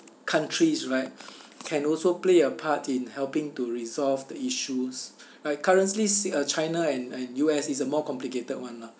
countries right can also play a part in helping to resolve the issues right currently si~ uh china and and U_S is a more complicated one lah